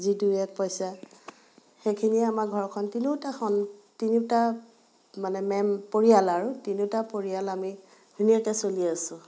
যি দুই এক পইচা সেইখিনিয়ে আমাৰ ঘৰখন তিনিওটা সন তিনিওটা মানে মেম পৰিয়াল আৰু তিনিওটা পৰিয়াল আমি ধুনীয়াকৈ চলি আছোঁ